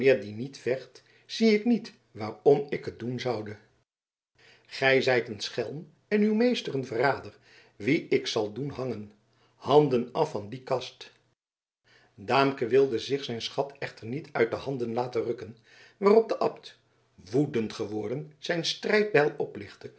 die niet vecht zie ik niet waarom ik het doen zoude gij zijt een schelm en uw meester een verrader wien ik zal doen hangen handen af van die kast daamke wilde zich zijn schat echter niet uit de handen laten rukken waarop de abt woedend geworden zijn strijdbijl oplichtte